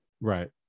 Right